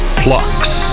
plucks